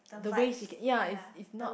the way she can ya it's it's not